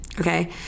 Okay